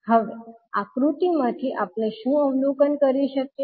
હવે આકૃતિ માંથી આપણે શું અવલોકન કરી શકીએ